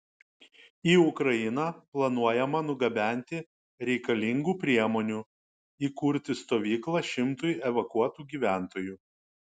į ukrainą planuojama nugabenti reikalingų priemonių įkurti stovyklą šimtui evakuotų gyventojų